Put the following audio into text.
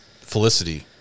Felicity